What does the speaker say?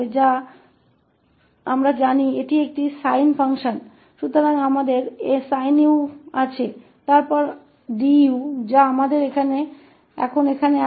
तो यहाँ हमें यह 1s21 का इनवर्स प्राप्त करने की आवश्यकता है जिसे हम जानते हैं कि यह एक sine फलन है